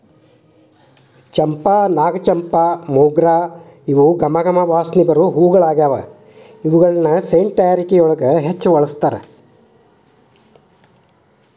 ಚಂಪಾ, ನಾಗಚಂಪಾ, ಮೊಗ್ರ ಇವು ಗಮ ಗಮ ವಾಸನಿ ಬರು ಹೂಗಳಗ್ಯಾವ, ಇವುಗಳನ್ನ ಸೆಂಟ್ ತಯಾರಿಕೆಯೊಳಗ ಹೆಚ್ಚ್ ಬಳಸ್ತಾರ